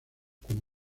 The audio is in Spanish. con